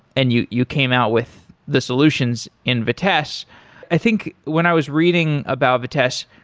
and you you came out with the solutions in vitess i think when i was reading about vitess,